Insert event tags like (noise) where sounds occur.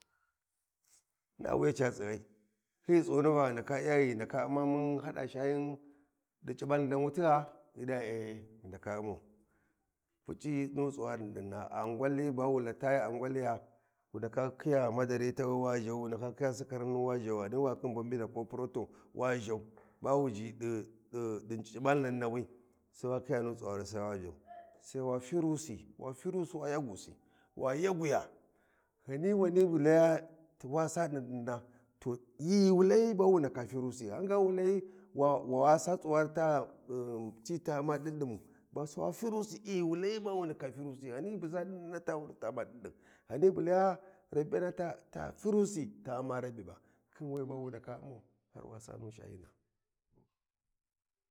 Na wuya ca tsighai hyi tsiwuni va ghu ndaka umma mun hada shayin di c’balandan wuti gha ghi di ya eh ghi ndaka ummau wa puc’I nu tsuwari dindinna angwali ba wu latayi a ngwaliya wu ndaka khiya sikarin wa zhau Ghani wa khin bonvita ko puranto wa zhau ba wu (hesitation) zhi di c’balandiwi sai wa khiya nu tsuwari wa vyau, (noise) sai wa firusi wa firusi wa yagusi wa yagu ya Ghani wani bu laya was a dindinna to ghi wu layi ba wu ndaka firusi ghanga wu layi wa sa tsuwari ta um ti ta umma dindimu ba sai wa firusi I wu layi ba wa fiirusi Ghani bu sa dindinni ta umma dindin ghan bu laya rabyi byana ta firusi ta umma rabyibya khin we ba wu ndaka umman har wa sa nu shayina. (noise)